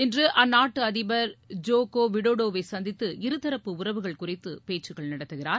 இன்று அந்நாட்டின் அதிபர் ஜோகோ விடோடோ வை சந்தித்து இருதரப்பு உறவுகள் குறித்து பேச்சுக்கள் நடத்துகிறார்